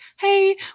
hey